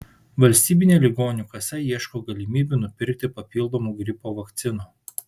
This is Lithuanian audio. valstybinė ligonių kasa ieško galimybių nupirkti papildomų gripo vakcinų